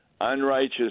Unrighteous